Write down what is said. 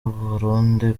burundi